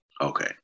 Okay